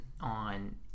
on